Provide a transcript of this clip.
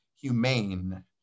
humane